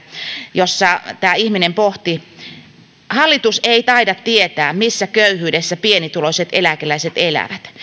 jossa tämä ihminen pohti näin hallitus ei taida tietää missä köyhyydessä pienituloiset eläkeläiset elävät